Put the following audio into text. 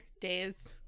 days